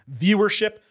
viewership